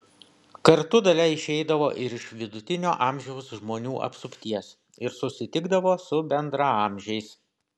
kartu dalia išeidavo ir iš vidutinio amžiaus žmonių apsupties ir susitikdavo su bendraamžiais